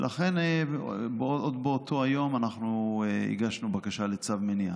ולכן עוד באותו היום אנחנו הגשנו בקשה לצו מניעה.